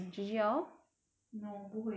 no 不会我 confirm 会